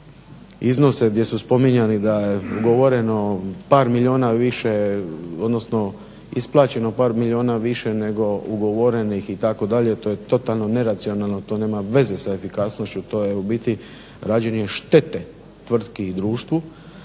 više odnosno isplaćeno par milijuna više nego ugovorenih itd. to je totalno neracionalno to nema veze sa efikasnošću, to je u biti rađenje štete tvrtki i društvu.